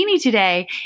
today